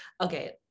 okay